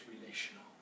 relational